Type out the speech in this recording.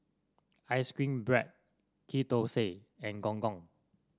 ice cream bread Ghee Thosai and Gong Gong